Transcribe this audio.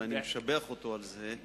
ואני משבח אותו על זה,